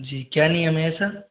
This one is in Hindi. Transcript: जी क्या नियम है ऐसा